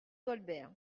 goldberg